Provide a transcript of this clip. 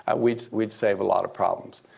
ah we'd we'd save a lot of problems.